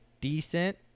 decent